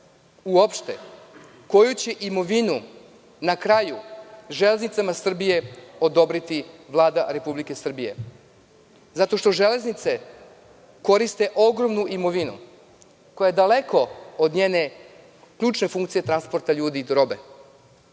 uopšte koju će imovinu na kraju Železnicama Srbije odobriti Vlada Republike Srbije, zato što Železnice koriste ogromnu imovinu koja je daleko od njene ključne funkcije transporta ljudi i robe.